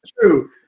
true